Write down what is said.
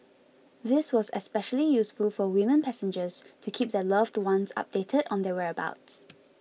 this was especially useful for women passengers to keep their loved ones updated on their whereabouts